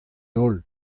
holl